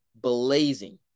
blazing